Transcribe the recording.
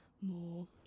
more